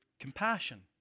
compassion